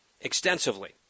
extensively